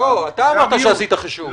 לא, אתה אמרת שעשית חישוב.